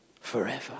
forever